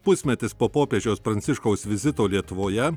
pusmetis po popiežiaus pranciškaus vizito lietuvoje